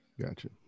Gotcha